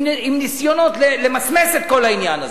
עם ניסיונות למסמס את כל העניין הזה,